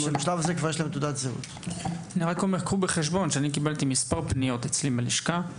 קחו בחשבון: קיבלתי מספר פניות, אצלי בלשכה,